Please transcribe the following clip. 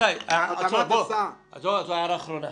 התאמת הסעה - 10.